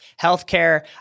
healthcare